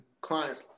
clients